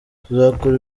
tuzakora